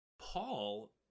Paul